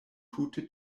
tute